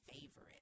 favorite